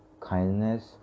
kindness